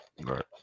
Right